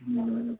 ہوں